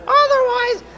otherwise